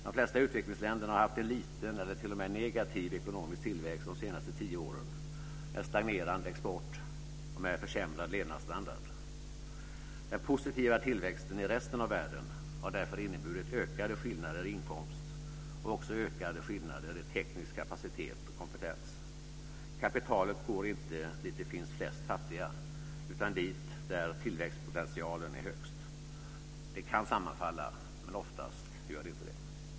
De flesta utvecklingsländerna har haft en liten eller t.o.m. negativ ekonomisk tillväxt de senaste tio åren med stagnerande export och försämrad levnadsstandard. Den positiva tillväxten i resten av världen har därför inneburit ökade skillnader i inkomst och också ökade skillnader i teknisk kapacitet och kompetens. Kapitalet går inte dit där det finns flest fattiga, utan dit där tillväxtpotentialen är högst. Det kan sammanfalla, men oftast gör det inte det.